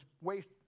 waste